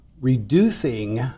reducing